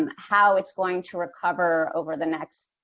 um how it's going to recover over the next,